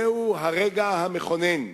זהו הרגע המכונן.